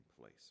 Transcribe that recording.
place